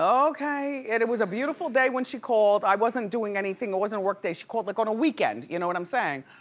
okay. and it was a beautiful day when she called. i wasn't doing anything, it wasn't a work day. she called like on a weekend, you know what i'm saying.